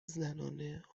زنانه